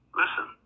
listen